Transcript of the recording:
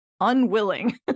unwilling